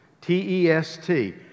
T-E-S-T